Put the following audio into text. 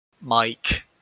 Mike